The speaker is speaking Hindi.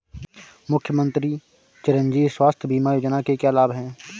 मुख्यमंत्री चिरंजी स्वास्थ्य बीमा योजना के क्या लाभ हैं?